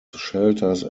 shelters